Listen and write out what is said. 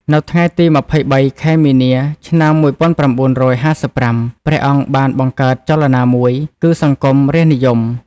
នៅថ្ងៃទី២៣ ខែមីនា ឆ្នាំ១៩៥៥ ព្រះអង្គបានបង្កើតចលនាមួយ គឺ សង្គមរាស្ត្រនិយម។